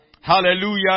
Hallelujah